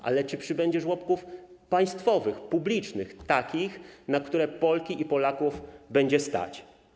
Chodzi o to, czy przybędzie żłobków państwowych, publicznych, takich, na które Polki i Polaków będzie stać.